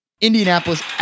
Indianapolis